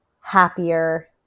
happier